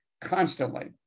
constantly